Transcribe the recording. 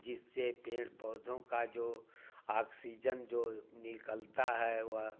जिससे पेड़ पौधों का जो आक्सीजन जो निकलता है वह